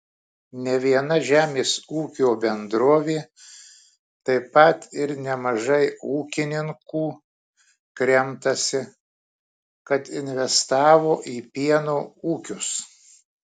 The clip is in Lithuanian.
ne viena žemės ūkio bendrovė taip pat ir nemažai ūkininkų kremtasi kad investavo į pieno ūkius